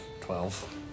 Twelve